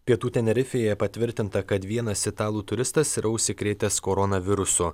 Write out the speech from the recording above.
pietų tenerifėje patvirtinta kad vienas italų turistas yra užsikrėtęs koronavirusu